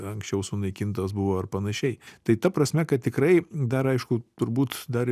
anksčiau sunaikintos buvo ar panašiai tai ta prasme kad tikrai dar aišku turbūt dar